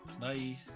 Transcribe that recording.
bye